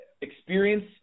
experience